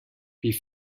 wie